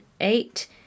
eight